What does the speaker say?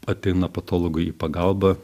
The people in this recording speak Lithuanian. ateina patologui į pagalbą